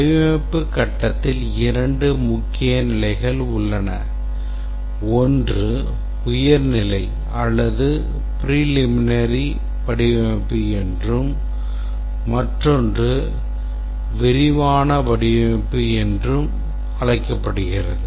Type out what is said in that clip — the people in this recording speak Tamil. வடிவமைப்பு கட்டத்தில் இரண்டு முக்கிய நிலைகள் உள்ளன ஒன்று உயர் நிலை அல்லது preliminary வடிவமைப்பு என்றும் மற்றொன்று விரிவான வடிவமைப்பு என்றும் அழைக்கப்படுகிறது